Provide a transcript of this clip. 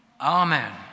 Amen